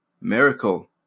miracle